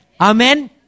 Amen